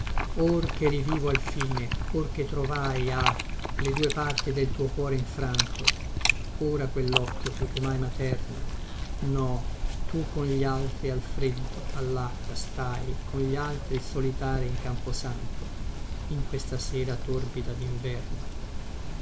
che rivivo alfine or che trovai ah le due parti del tuo cuore infranto ora quellocchio più che mai materno no tu con gli altri al freddo allacqua stai con gli altri solitari in camposanto in questa sera torbida dinverno